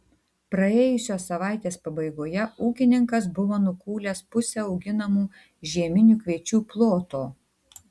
praėjusios savaitės pabaigoje ūkininkas buvo nukūlęs pusę auginamų žieminių kviečių ploto